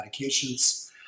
medications